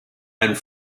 and